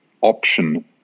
option